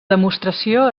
demostració